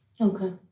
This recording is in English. Okay